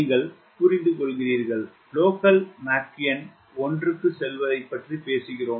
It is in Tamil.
நீங்கள் புரிந்துகொள்கிறீர்கள் லோக்கல் மாக் எண் 1 க்கு செல்வதைப் பற்றி பேசுகிறோம்